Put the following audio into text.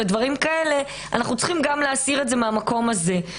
אנחנו צריכים להסיר את זה גם מהמקום הזה.